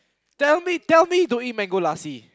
tell me tell me don't eat mango lassi